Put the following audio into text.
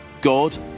God